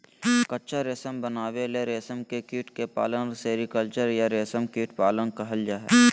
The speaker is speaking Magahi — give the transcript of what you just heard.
कच्चा रेशम बनावे ले रेशम के कीट के पालन सेरीकल्चर या रेशम कीट पालन कहल जा हई